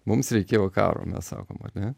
mums reikėjo karo mes sakom ar ne